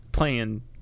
playing